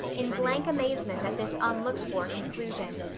in blank amazement at this unlooked-for conclusion.